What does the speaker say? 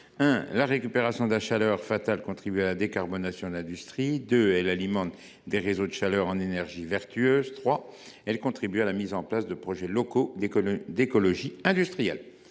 la récupération de chaleur fatale contribue à la décarbonation de l’industrie. Ensuite, elle alimente des réseaux de chaleur en énergie vertueuse. Enfin, elle contribue à la mise en place de projets locaux d’écologie industrielle.